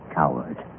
coward